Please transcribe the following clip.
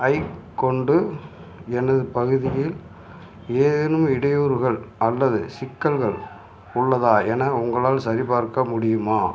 ஐக் கொண்டு எனது பகுதியில் ஏதேனும் இடையூறுகள் அல்லது சிக்கல்கள் உள்ளதா என உங்களால் சரிபார்க்க முடியுமா